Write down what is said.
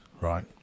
right